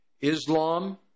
Islam